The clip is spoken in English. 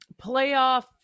playoff